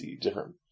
different